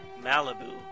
Malibu